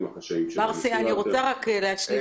אני רוצה לשאול שתי שאלות.